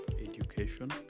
education